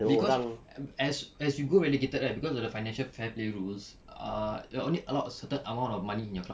cause as as you go relegated kan cause of the financial fair play rules uh you're only allowed a certain amount of money in your club